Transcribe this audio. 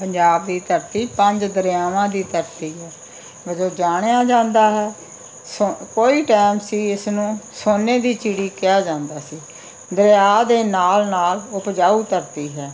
ਪੰਜਾਬ ਦੀ ਧਰਤੀ ਪੰਜ ਦਰਿਆਵਾਂ ਦੀ ਧਰਤੀ ਵਜੋਂ ਜਾਣਿਆ ਜਾਂਦਾ ਹੈ ਸੋ ਕੋਈ ਟਾਈਮ ਸੀ ਇਸ ਨੂੰ ਸੋਨੇ ਦੀ ਚਿੜੀ ਕਿਹਾ ਜਾਂਦਾ ਸੀ ਦਰਿਆ ਦੇ ਨਾਲ ਨਾਲ ਉਪਜਾਊ ਧਰਤੀ ਹੈ